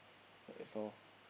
that is all